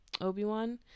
Obi-Wan